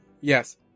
yes